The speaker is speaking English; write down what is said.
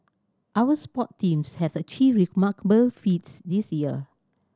our sport teams have achieved remarkable feats this year